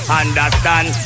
understand